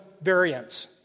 variants